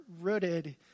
rooted